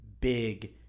big